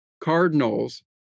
Cardinals